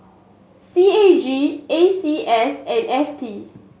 C A G A C S and F T